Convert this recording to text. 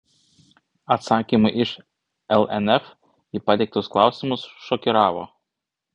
atsakymai iš lnf į pateiktus klausimus šokiravo